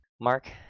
Mark